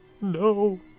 No